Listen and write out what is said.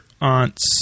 aunts